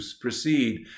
proceed